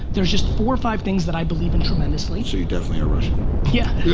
there's just four or five things that i believe in tremendously. so you definitely are russian. yeah.